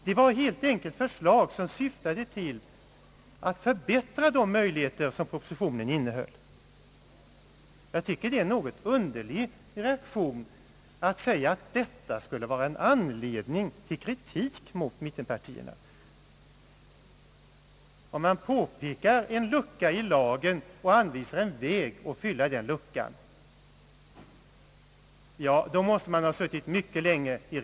Det var helt enkelt förslag som syftade till att förbättra de möjligheter som propositionen innehöll. Det är en något underlig reaktion att detta skulle ge anledning till kritik mot mittenpartierna. Om vi påpekar en lucka i lagen och anvisar en väg att fylla den luckan måste man, för att ta illa upp för en Ang.